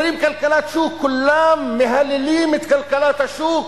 אומרים "כלכלת שוק" וכולם מהללים את כלכלת השוק,